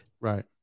right